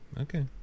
Okay